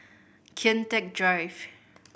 Kian Teck Drive